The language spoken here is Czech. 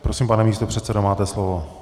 Prosím, pane místopředsedo, máte slovo.